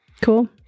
Cool